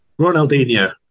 Ronaldinho